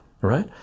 right